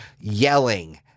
yelling